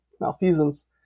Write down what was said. malfeasance